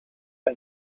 and